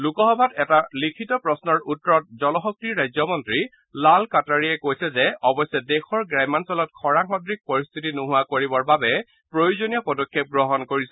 লোকসভাত এটা লিখিত প্ৰশ্নৰ উত্তৰত জল শক্তিৰ ৰাজ্যমন্ত্ৰী লাল কাটাৰীয়াই কৈছে যে অৱশ্যে দেশৰ গ্ৰাম্যাঞ্চলত খৰাং সদৃশ পৰিস্থিতি নোহোৱা কৰিবৰ বাবে প্ৰয়োজনীয় পদক্ষেপ গ্ৰহণ কৰিছে